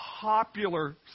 popular